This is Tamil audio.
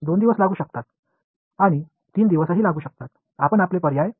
ஒரு உருவகப்படுத்த 1 நாள் அல்லது 2 3 நாட்கள் கூட ஆகலாம் என்பது உங்களுக்குத் தெரியும்